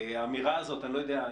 האמירה הזאת אני לא יודע,